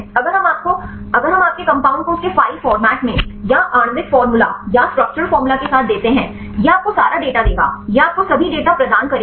अगर हम आपके कंपाउंड को उसके फाइल फॉर्मेट में या आणविक फॉर्मूला या स्ट्रक्चर फॉर्मूला के साथ देते हैं यह आपको सारा डेटा देगा यह आपको सभी डेटा प्रदान करेगा